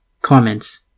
Comments